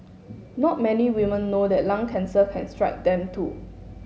not many women know that lung cancer can strike them too